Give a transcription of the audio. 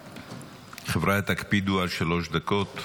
חבריא, תקפידו על שלוש דקות.